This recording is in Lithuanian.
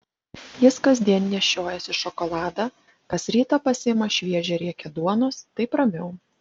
jis kasdien nešiojasi šokoladą kas rytą pasiima šviežią riekę duonos taip ramiau